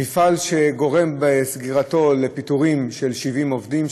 מפעל שגורם בסגירתו לפיטורים של 70 עובדים,